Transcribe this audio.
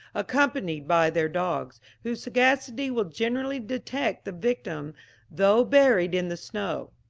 accompanied by their dogs, whose sagacity will generally detect the victim though buried in the snow.